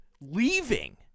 leaving